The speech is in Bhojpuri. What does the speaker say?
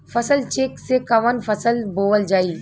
फसल चेकं से कवन फसल बोवल जाई?